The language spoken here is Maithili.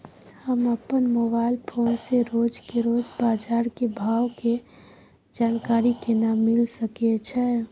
हम अपन मोबाइल फोन से रोज के रोज बाजार के भाव के जानकारी केना मिल सके छै?